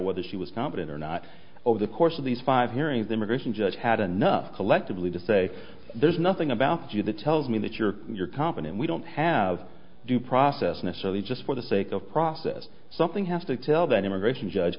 whether she was competent or not over the course of these five hearing the immigration judge had enough collectively to say there's nothing about you that tells me that you're your company and we don't have due process necessarily just for the sake of process something have to tell that immigration judge